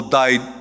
died